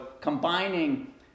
combining